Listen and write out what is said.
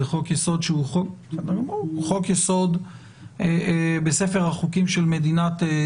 זה חוק-יסוד בספר החוקים של מדינת ישראל.